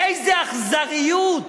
איזה אכזריות,